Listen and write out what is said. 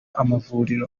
amavuriro